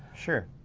sure.